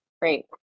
Great